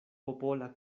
popola